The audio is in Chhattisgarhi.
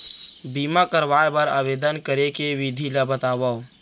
बीमा करवाय बर आवेदन करे के विधि ल बतावव?